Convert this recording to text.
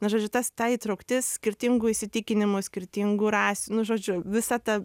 na žodžiu tas ta įtraukti skirtingų įsitikinimų skirtingų rasių nu žodžiu visa ta